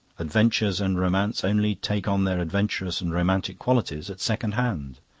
adventures and romance only take on their adventurous and romantic qualities at second-hand.